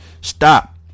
stop